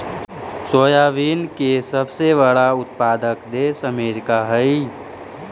soybean के सबसे बड़ा उत्पादक देश अमेरिका हइ